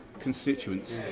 Constituents